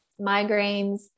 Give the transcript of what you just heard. migraines